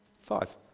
Five